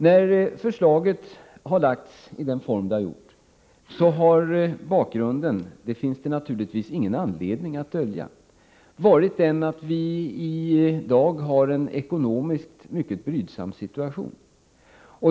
När förslaget har lagts fram i den form det har fått har bakgrunden varit — det finns det naturligtvis ingen anledning att dölja — att vi i dag har en ekonomiskt mycket brydsam situation.